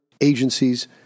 agencies